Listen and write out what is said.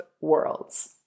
worlds